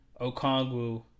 Okongwu